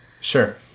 sure